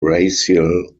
racial